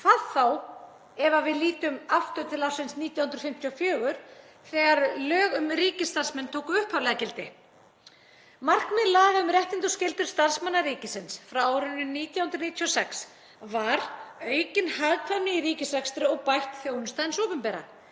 hvað þá ef við lítum aftur til ársins 1954 þegar lög um ríkisstarfsmenn tóku upphaflega gildi. Markmið laga um réttindi og skyldur starfsmanna ríkisins frá árinu 1996 var aukin hagkvæmni í ríkisrekstri og bætt þjónusta hins opinbera.